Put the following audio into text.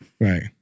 Right